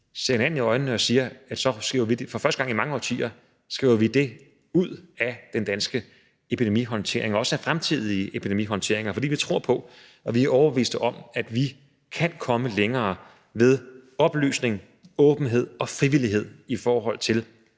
ser hinanden i øjnene og siger, at vi – for første gang i mange årtier – skriver det ud af den danske epidemihåndtering inklusive fremtidige epidemihåndteringer, fordi vi tror på og er overbevist om, at vi kan komme længere med oplysning, med åbenhed og frivillighed i forhold til